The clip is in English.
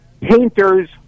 painter's